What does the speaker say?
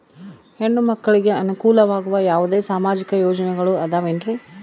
ಹೆಣ್ಣು ಮಕ್ಕಳಿಗೆ ಅನುಕೂಲವಾಗುವ ಯಾವುದೇ ಸಾಮಾಜಿಕ ಯೋಜನೆಗಳು ಅದವೇನ್ರಿ?